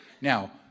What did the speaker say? Now